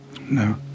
no